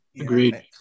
Agreed